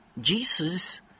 Jesus